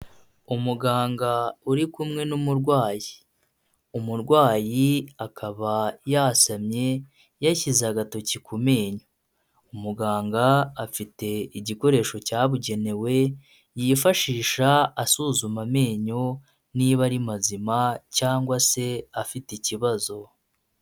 Umuganga uri kumwe n'umurwayi, umurwayi akaba yasamye yashyize agatoki ku menyo, umuganga afite igikoresho cyabugenewe yifashisha asuzuma amenyo niba ari mazima cyangwa se afite ikibazo.